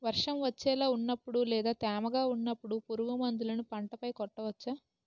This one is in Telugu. వర్షం వచ్చేలా వున్నపుడు లేదా తేమగా వున్నపుడు పురుగు మందులను పంట పై కొట్టవచ్చ?